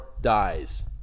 dies